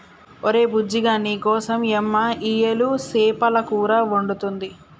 ఒరే బుజ్జిగా నీకోసం యమ్మ ఇయ్యలు సేపల కూర వండుతుంది